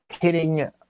hitting